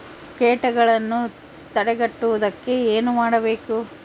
ಕೇಟಗಳನ್ನು ತಡೆಗಟ್ಟುವುದಕ್ಕೆ ಏನು ಮಾಡಬೇಕು?